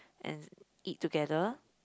and eat together